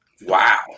Wow